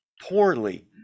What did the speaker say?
poorly